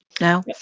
now